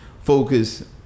Focus